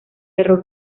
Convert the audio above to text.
error